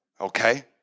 okay